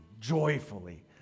joyfully